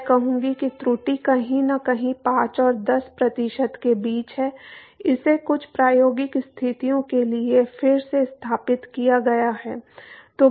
मैं कहूंगा कि त्रुटि कहीं न कहीं पाँच और दस प्रतिशत के बीच है इसे कुछ प्रायोगिक स्थितियों के लिए फिर से सत्यापित किया गया है